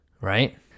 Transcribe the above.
Right